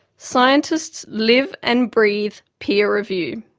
scientists live and breathe peer review.